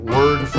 Word